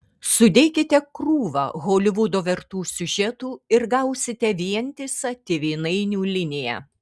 sudėkite krūvą holivudo vertų siužetų ir gausite vientisą tėvynainių liniją